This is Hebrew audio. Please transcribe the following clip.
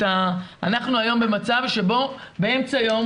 היום במצב שבו באמצע היום,